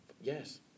Yes